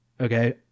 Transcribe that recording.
Okay